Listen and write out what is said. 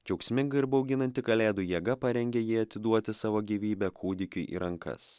džiaugsminga ir bauginanti kalėdų jėga parengė jį atiduoti savo gyvybę kūdikiui į rankas